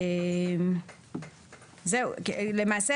למעשה,